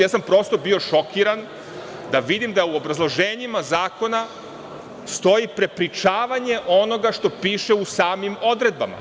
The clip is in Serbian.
Ja sam prosto bio šokiran da vidim da u obrazloženjima zakona stoji prepričavanje onoga što piše u samim odredbama.